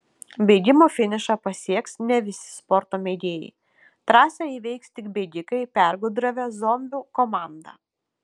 bėgimo finišą pasieks ne visi sporto mėgėjai trasą įveiks tik bėgikai pergudravę zombių komandą